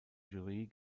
jury